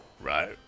right